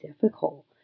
difficult